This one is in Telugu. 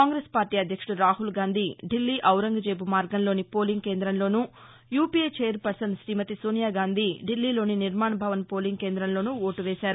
కాంగ్రెస్ అధ్యక్షుడు రాహుల్ గాంధీ ఢిల్లీ ఔరంగజేబు మార్గంలోని పోలింగ్ కేందంలో ను UPA chairperson Shrimati Sonia Gandhi ఢిల్లీలోని నిర్మాణ్ భవన్ పోలింగ్ కేంద్రంలో ఓటు వేశారు